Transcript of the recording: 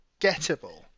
gettable